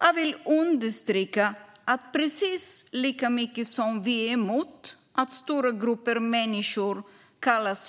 Jag vill understryka att vi precis lika mycket som vi är emot att stora grupper människor